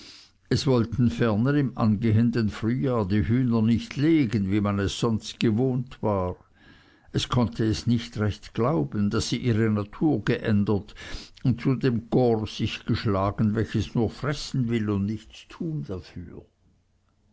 es wollten ferner im angehenden frühjahr die hühner nicht legen wie man es sonst gewohnt war es konnte nicht recht glauben daß sie ihre natur geändert und zu dem korps sich geschlagen welches nur fressen will und nichts dafür